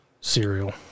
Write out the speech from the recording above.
Cereal